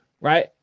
right